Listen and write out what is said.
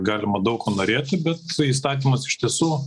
galima daug ko norėti bet įstatymas iš tiesų